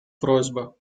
просьба